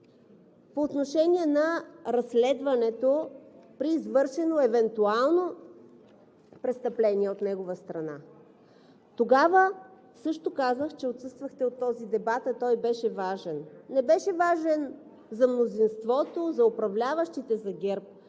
по отношение на разследването при извършено евентуално престъпление от негова страна. Тогава също казах – отсъствахте от този дебат, а той беше важен: не беше важен за мнозинството, за управляващите, за ГЕРБ